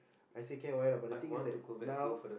I say okay why not but the thing is that now